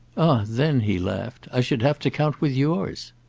then, he laughed, i should have to count with yours!